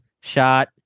Shot